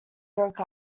broke